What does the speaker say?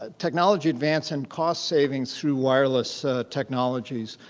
ah technology advance and cost savings through wireless technologies.